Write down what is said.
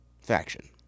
Faction